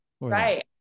right